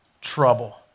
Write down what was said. trouble